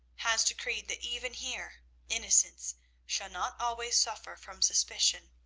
has decreed that even here innocence shall not always suffer from suspicion,